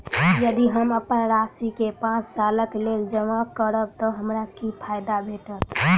यदि हम अप्पन राशि केँ पांच सालक लेल जमा करब तऽ हमरा की फायदा भेटत?